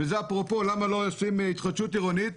וזה אפרופו למה לא עושים התחדשות עירונית,